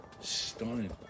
stunning